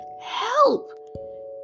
help